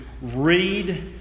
read